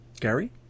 Gary